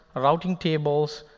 routing tables,